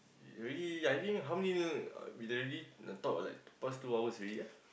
you already I mean how many we already talk like the past two hours already ah